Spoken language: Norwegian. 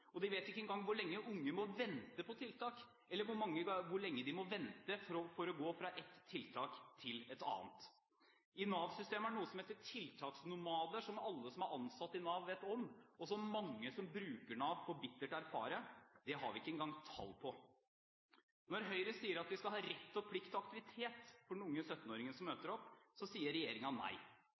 og den vet ikke engang hvor lenge unge må vente på tiltak, eller hvor lenge de må vente for å gå fra ett tiltak til et annet. I Nav-systemet er det noe som heter tiltaksnomader som alle ansatte i Nav vet om, og som mange som bruker Nav, får bittert erfare – det har vi ikke engang tall på. Når Høyre sier at vi skal ha rett og plikt til aktivitet for den unge 17-åringen som møter opp, sier regjeringen nei.